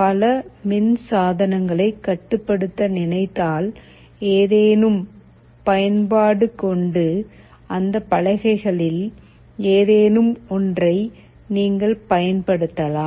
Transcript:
பல மின் சாதனங்களை கட்டுப்படுத்த நினைத்தால் ஏதேனும் பயன்பாடு கொண்டு அந்த பலகைகளில் ஏதேனும் ஒன்றை நீங்கள் பயன்படுத்தலாம்